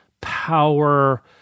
power